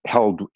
Held